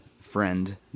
friend